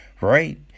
right